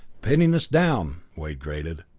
pinning us down, wade grated.